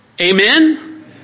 Amen